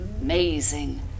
amazing